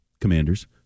Commanders